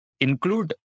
include